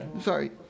Sorry